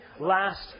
last